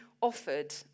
offered